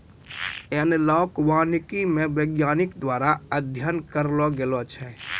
एनालाँक वानिकी मे वैज्ञानिक द्वारा अध्ययन करलो गेलो छै